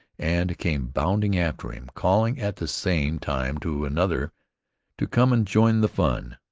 and came bounding after him, calling at the same time to another to come and join the fun.